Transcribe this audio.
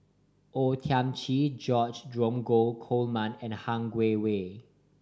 O Thiam Chin George Dromgold Coleman and Han Guangwei